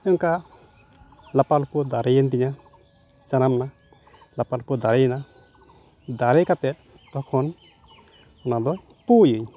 ᱮᱱᱠᱟ ᱞᱟᱯᱟᱞᱳᱯᱳ ᱫᱟᱨᱮᱭᱮᱱ ᱛᱤᱧᱟᱹ ᱡᱟᱱᱟᱢᱱᱟ ᱞᱟᱯᱟᱞᱳᱯᱳ ᱫᱟᱨᱮᱭᱱᱟ ᱫᱟᱨᱮ ᱠᱟᱛᱮᱫ ᱛᱚᱠᱷᱚᱱ ᱚᱱᱟᱫᱚ ᱯᱩᱭᱟᱹᱧ